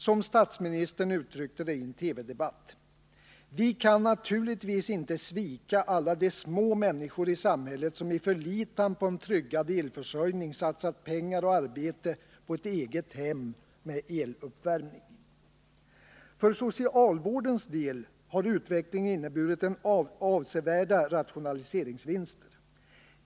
Som statsministern uttryckte det i en TV-debatt: ”Vi kan naturligtvis inte svika alla de små människor i samhället som i förlitan på en tryggad elförsörjning satsat pengar och arbete på ett eget hem med eluppvärmning.” För socialvårdens del har utvecklingen inneburit avsevärda rationaliseringsvinster.